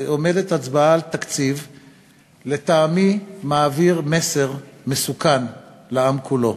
עומדת הצבעה על תקציב שלטעמי מעביר מסר מסוכן לעם כולו,